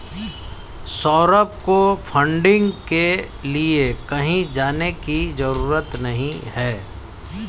सौरभ को फंडिंग के लिए कहीं जाने की जरूरत नहीं है